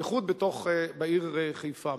בייחוד בעיר חיפה.